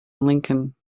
lincoln